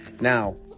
now